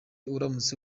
uramutse